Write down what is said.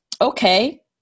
okay